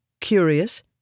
curious